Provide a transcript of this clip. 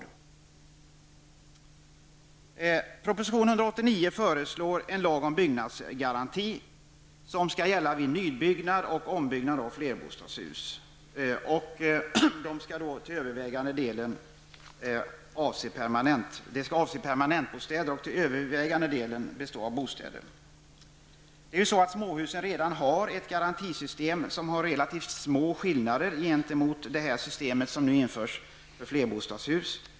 I proposition 189 föreslås en lag om byggnadsgaranti, som skall gälla vid nybyggnad och ombyggnad av flerbostadshus. Det här skall avse permanentbostäder, och till övervägande delen skall det handla om bostäder. För småhusen finns det ju redan ett garantisystem som skiljer sig relativt litet från det system som nu införs för flerbostadshus.